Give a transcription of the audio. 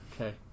Okay